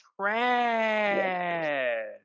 trash